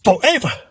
forever